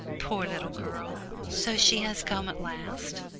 poor little girl so she has come at last.